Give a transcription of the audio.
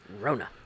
Rona